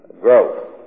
growth